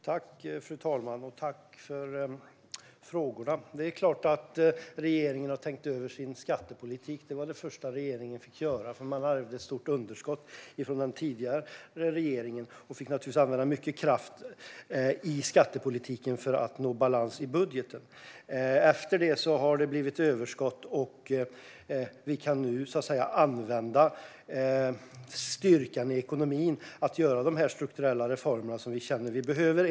Fru talman! Tack för frågorna! Det är klart att regeringen har tänkt över sin skattepolitik. Det var det första regeringen fick göra, för man ärvde ett stort underskott från den tidigare regeringen och fick naturligtvis använda mycket kraft i skattepolitiken för att nå balans i budgeten. Efter det har det blivit överskott, och vi kan nu använda styrkan i ekonomin för att göra de strukturella reformer som vi känner att vi behöver.